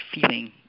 feeling